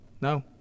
No